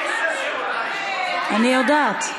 אני יודעת.